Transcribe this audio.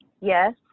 Yes